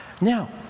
Now